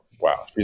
wow